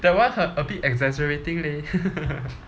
that one a bit exaggerating leh